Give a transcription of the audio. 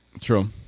True